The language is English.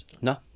No